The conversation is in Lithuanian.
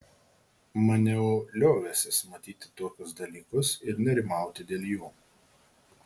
maniau liovęsis matyti tokius dalykus ir nerimauti dėl jų